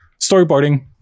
storyboarding